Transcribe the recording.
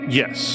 yes